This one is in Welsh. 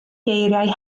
geiriau